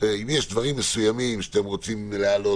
אם יש דברים מסוימים שאתם רוצים להעלות,